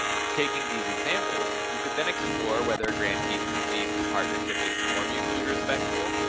taking these examples, you could then explore whether grantees perceive the partnership is more mutually respectful,